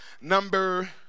number